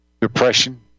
Depression